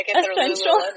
essential